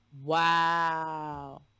Wow